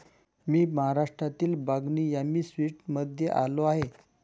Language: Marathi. मी महाराष्ट्रातील बागनी यामी स्वीट्समध्ये आलो आहे